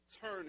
turn